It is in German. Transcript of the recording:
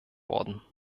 worden